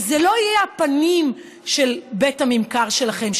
שאלו לא יהיו הפנים של בית הממכר שלכם,